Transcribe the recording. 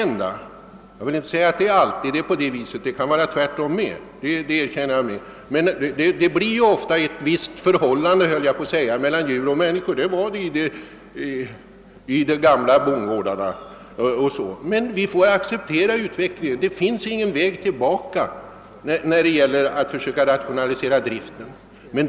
Naturligtvis är detta inte alltid fallet, utan det kan vara tvärtom, men det uppstår faktiskt ett visst förhållande mellan djur och människor, som kan verka mycket positivt för djurens trivsel. Vi får dock acceptera utvecklingen; det finns ingen väg tillbaka när det gäller att försöka rationalisera driften.